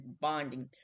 bonding